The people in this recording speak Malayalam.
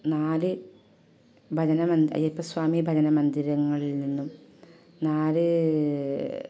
നാല് ഭജനമ അയ്യപ്പ സ്വാമി ഭജന മന്ദിരങ്ങളിൽ നിന്നും നാല്